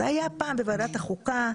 זה היה פעם בוועדת החוקה,